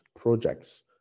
projects